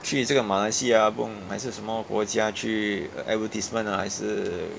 去这个马来西亚不懂还是什么国家去 advertisement ah 还是